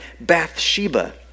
Bathsheba